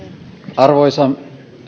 arvoisa